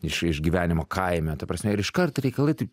iš iš gyvenimo kaime ta prasme ir iškart reikalai taip